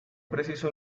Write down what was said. preciso